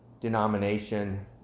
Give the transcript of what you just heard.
denomination